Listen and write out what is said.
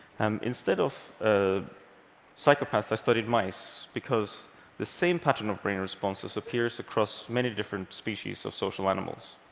um instead of ah psychopaths, i studied mice, because the same pattern of brain responses appears across many different species of social animals.